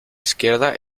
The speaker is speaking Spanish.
izquierda